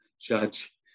judge